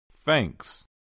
Thanks